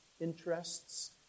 interests